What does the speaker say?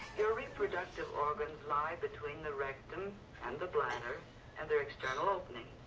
your reproductive organs lie between the rectum and the bladder and their external opening.